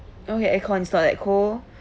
okay aircon is not that cold